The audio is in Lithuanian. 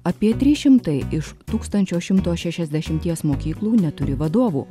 apie trys šimtai iš tūkstančio šimto šešiasdešimties mokyklų neturi vadovų